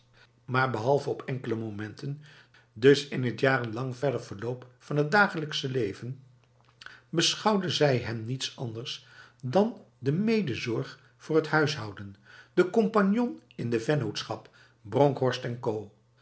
maar behalve op enkele momenten dus in het jarenlang verder verloop van het dagelijks leven beschouwde zij hem als niets anders dan de medezorg voor het huishouden de compagnon in de vennootschap bronkhorst co